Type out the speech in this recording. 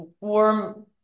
warm